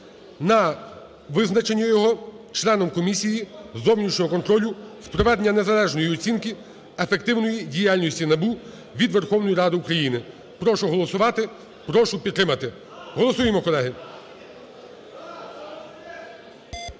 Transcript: на визначення його членом комісії зовнішнього контролю з проведення незалежної оцінки ефективної діяльності НАБУ від Верховної Ради України. Прошу голосувати. Прошу підтримати. Голосуємо, колеги.